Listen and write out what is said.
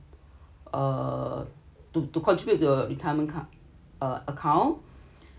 err to to contribute to retirement ac~ uh account